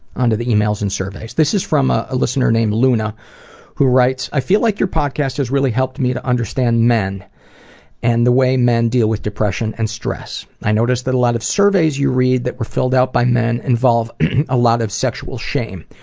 onto the emails and surveys. this is from ah a listener named luna who writes, i feel like your podcast has really helped me to understand men and the way men deal with depression and stress. i notice that a lot of surveys you read that were filled out by men involve a lot of sexual shame.